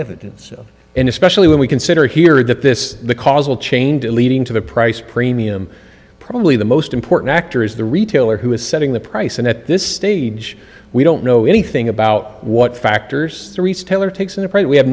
evidence of an especially when we consider here that this the causal chain to leading to the price premium probably the most important factor is the retailer who is setting the price and at this stage we don't know anything about what factors